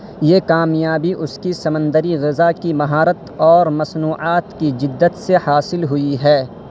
یہ کامیابی اس کی سمندری غذا کی مہارت اور مصنوعات کی جدت سے حاصل ہوئی ہے